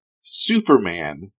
Superman